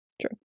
True